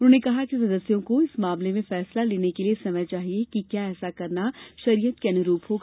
उन्होंने कहा कि सदस्यों को इस मामले में फैसला लेने के लिए समय चाहिए कि क्या ऐसा करना शरियत के अनुरूप होगा